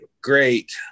great